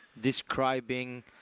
describing